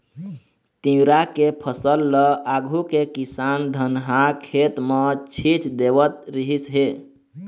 तिंवरा के फसल ल आघु के किसान धनहा खेत म छीच देवत रिहिस हे